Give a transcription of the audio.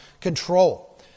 control